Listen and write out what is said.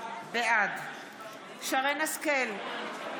בעד שרן מרים השכל,